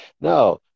No